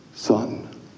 Son